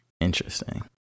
Interesting